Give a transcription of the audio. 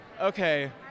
Okay